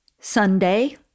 Sunday